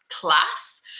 class